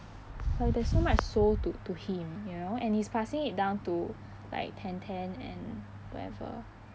like there is so much soul to to him you know and he is passing it down to like ten ten and whatever